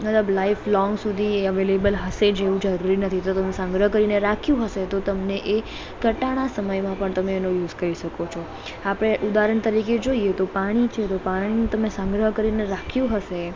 મતલબ life long સુધી available હશે જ એવું જરૂરી નથી તો તમે સંગ્રહ કરીને રાખ્યું હશે તો તમને એ કટાણા સમયમાં પણ તમે એનો યુઝ કરી શકો છો આપણે ઉદાહરણ તરીકે જોઈએ તો પાણી છે તો પાણીને તમે સંગ્રહ કરીને રાખ્યું હશે